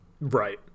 Right